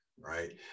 right